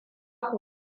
ku